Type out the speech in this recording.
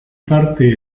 parte